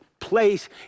place